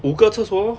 五个厕所 lor